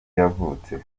yavutse